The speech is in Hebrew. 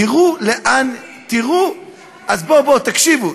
תראו, תקשיבו.